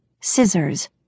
scissors